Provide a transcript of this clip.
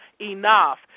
enough